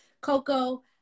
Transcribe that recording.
Coco